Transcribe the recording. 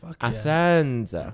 Athens